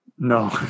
no